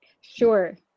sure